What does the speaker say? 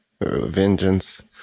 vengeance